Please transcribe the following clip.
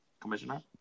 Commissioner